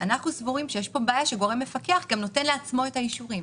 אנחנו סבורים שיש כאן בעיה שגורם מפקח גם נותן לעצמו את האישורים.